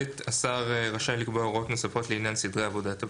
השר רשאי לקבוע הוראות נוספות לעניין סדרי עבודת הוועדה.